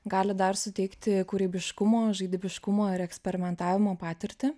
gali dar suteikti kūrybiškumo žaibiškumo ar eksperimentavimo patirtį